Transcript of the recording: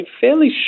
fairly